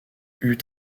eut